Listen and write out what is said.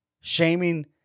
Shaming